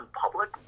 public